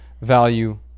value